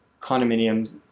condominiums